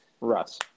Russ